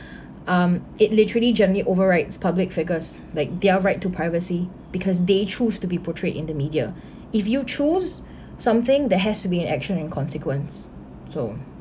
um it literally generally overrides public figures like their right to privacy because they choose to be portrayed in the media if you choose something that has to be an action and consequence so